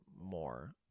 more